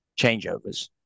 changeovers